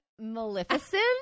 maleficent